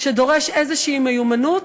דורש איזו מיומנות.